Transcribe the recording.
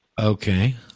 Okay